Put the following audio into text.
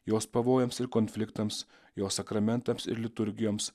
jos pavojams ir konfliktams jos sakramentams ir liturgijoms